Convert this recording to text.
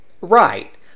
Right